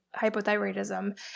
hypothyroidism